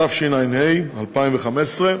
התשע"ה 2015,